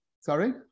Sorry